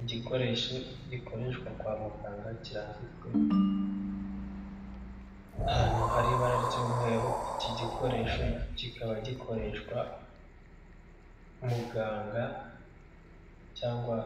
Igikoresho gikoreshwa kwa muganga kirambitswe ahantu hari ibara ry'umweru, iki gikoresho kikaba gikoreshwa muganga cyangwa